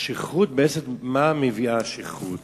מה מביאה השכרות?